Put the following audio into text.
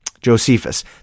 Josephus